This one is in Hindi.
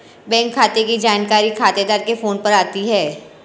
बैंक खाते की जानकारी खातेदार के फोन पर आती है